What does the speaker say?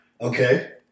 Okay